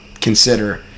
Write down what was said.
consider